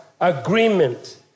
Agreement